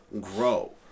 grow